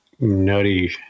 nutty